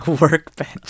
workbench